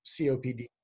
COPD